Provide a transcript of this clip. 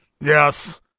Yes